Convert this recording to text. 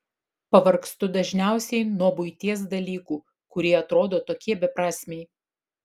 pavargstu dažniausiai nuo buities dalykų kurie atrodo tokie beprasmiai